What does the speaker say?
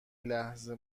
لحظه